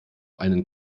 einen